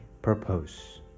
Purpose